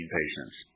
patients